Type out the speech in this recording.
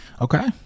Okay